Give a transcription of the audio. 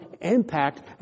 impact